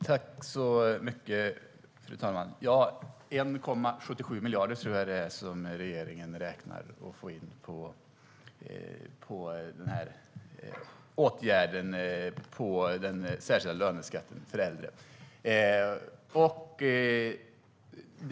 Fru talman! Jag tror att det är 1,77 miljarder som regeringen räknar med att få in på åtgärden med den särskilda löneskatten för äldre.